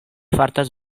fartas